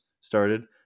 started